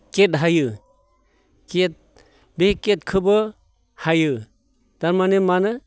cake हायो cake बे केकखोबो हायो थारमाने मानो